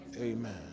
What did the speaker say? Amen